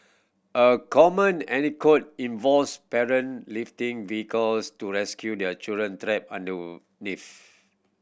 a common involves parent lifting vehicles to rescue their children trapped underneath